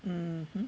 mm